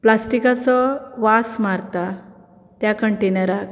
प्लास्टीकाचो वास मारता त्या कंटेनराक